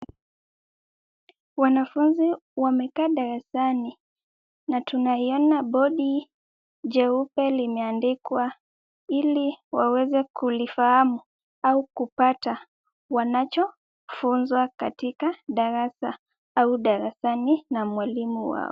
Wanafunzi wamekaa darasani na tunaiona bodi jeupe limeandikwa, ili waweze kulifahamu au kupata wanachofunzwa katika darasa au darasani na mwalimu wao.